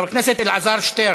חבר הכנסת אלעזר שטרן.